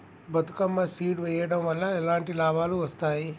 Bathukamma seed వెయ్యడం వల్ల ఎలాంటి లాభాలు వస్తాయి?